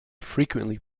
frequently